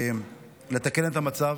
לתקן את המצב